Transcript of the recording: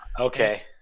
Okay